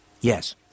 yes